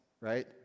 right